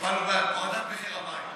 טיפלנו בהורדת מחיר המים.